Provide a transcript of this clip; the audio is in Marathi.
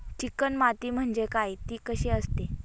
चिकण माती म्हणजे काय? ति कशी असते?